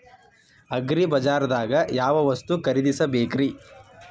ಅಗ್ರಿಬಜಾರ್ದಾಗ್ ಯಾವ ವಸ್ತು ಖರೇದಿಸಬೇಕ್ರಿ?